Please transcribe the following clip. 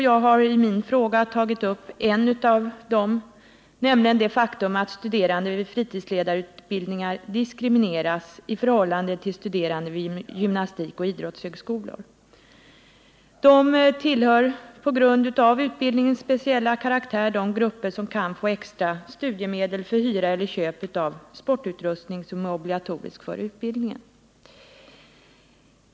Jag har i min fråga tagit upp en av dem, nämligen det faktum att studerande vid fritidsledarutbildningar diskrimineras i förhållande till studerande vid gymnastikoch idrottshögskolor. De tillhör på grund av utbildningens speciella karaktär de grupper som kan få extra studiemedel för hyra eller köp av sportutrustning som är obligatorisk för utbildningen.